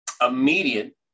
immediate